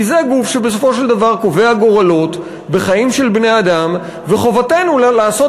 כי זה גוף שבסופו של דבר קובע גורלות בחיים של בני-אדם וחובתנו לעשות